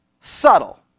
subtle